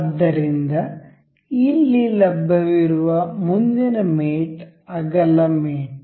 ಆದ್ದರಿಂದ ಇಲ್ಲಿ ಲಭ್ಯವಿರುವ ಮುಂದಿನ ಮೇಟ್ ಅಗಲ ಮೇಟ್